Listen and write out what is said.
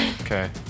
Okay